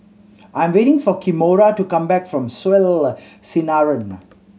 I'm waiting for Kimora to come back from Soleil Sinaran